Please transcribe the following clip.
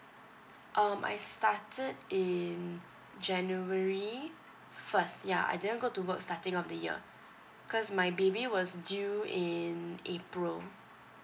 um I started in january first ya I didn't go to work starting of the year cause my baby was due in april